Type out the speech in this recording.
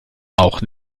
auch